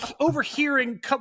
overhearing